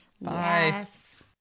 yes